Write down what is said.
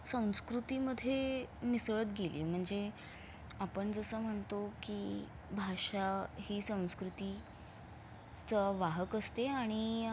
संस्कृतीमध्ये मिसळत गेली आहे म्हणजे आपण जसं म्हणतो की भाषा ही संस्कृतीचं वाहक असते आणि